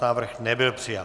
Návrh nebyl přijat.